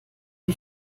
die